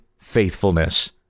faithfulness